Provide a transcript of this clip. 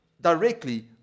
directly